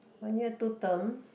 one year two term